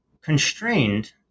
constrained